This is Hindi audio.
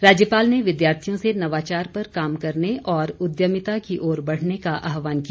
राज्यपाल ने विद्यार्थियों से नवाचार पर काम करने और उद्यमिता की ओर बढ़ने का आहवान किया